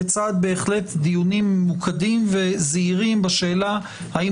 בצד דיונים ממוקדים וזהירים בשאלה האם